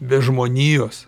be žmonijos